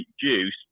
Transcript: juice